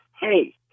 hey